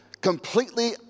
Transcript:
completely